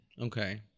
Okay